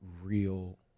real